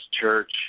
church